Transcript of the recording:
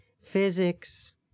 physics